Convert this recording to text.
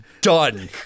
done